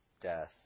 death